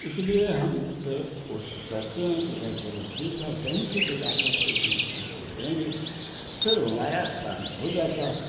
इसलिए हम फिर कोशिश करते हैं कि भई चलो ठीक है कहीं से भी लाकर के दें तुमको देंगे फिर वो हमारा काम हो जाता है